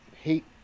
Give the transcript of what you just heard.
hate